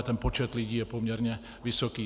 Ten počet lidí je poměrně vysoký.